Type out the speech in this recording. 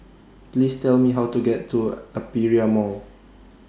Please Tell Me How to get to Aperia Mall